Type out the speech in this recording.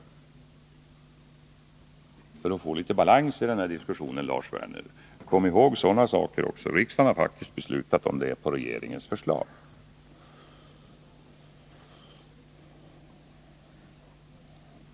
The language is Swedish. För att vi skall få litet balans i den här diskussionen bör Lars Werner komma ihåg sådana saker också. Riksdagen har faktiskt beslutat om detta på regeringens förslag.